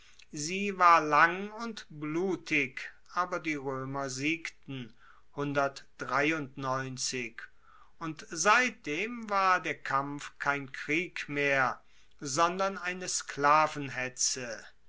sie war lang und blutig aber die roemer siegten und seitdem war der kampf kein krieg mehr sondern eine